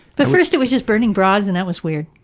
but first it was just burning bras and that was weird.